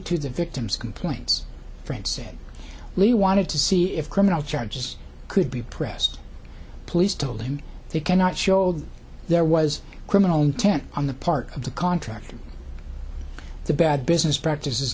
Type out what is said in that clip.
to the victim's complaints friend said lee wanted to see if criminal charges could be pressed police told him they cannot show old there was criminal intent on the part of the contractor the bad business practices